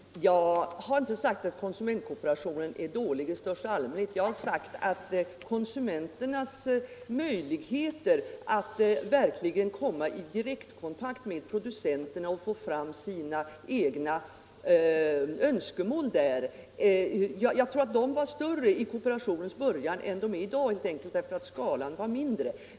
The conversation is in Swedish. Herr talman! Jag har inte sagt att konsumentkooperationen är dålig i största allmänhet. Jag har sagt att konsumenternas möjligheter att verkligen komma i direktkontakt med producenterna och få fram sina egna önskemål nog var större i kooperationens början än i dag, helt enkeli därför att skalan var mindre.